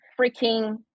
freaking